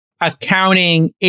accounting